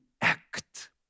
act